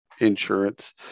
insurance